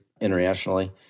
internationally